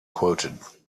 quoted